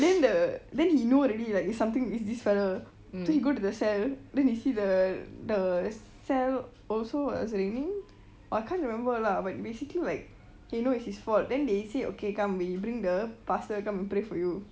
then the then he know already is something is this fellow so he go to the cell then he see the the the cell also was raining or I can't remember lah but basically like he know is his fault then they say okay come we bring the pastor come and pray for you